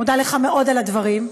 מודה לך מאוד על הדברים.